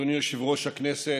אדוני יושב-ראש הכנסת,